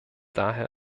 daher